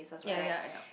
ya ya ya